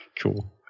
Cool